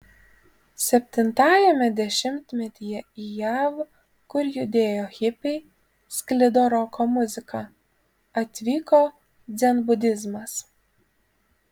septintajame dešimtmetyje į jav kur judėjo hipiai sklido roko muzika atvyko dzenbudizmas